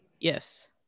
Yes